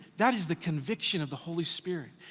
that is the conviction of the holy spirit.